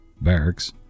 Barracks